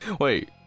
Wait